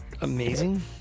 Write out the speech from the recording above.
amazing